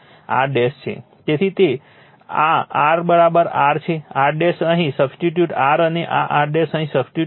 તેથી તે આ R R છે R અહીં સબસ્ટિટ્યૂટ R અને આ R અહીં સબસ્ટિટ્યૂટ છે